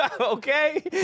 Okay